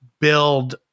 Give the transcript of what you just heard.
build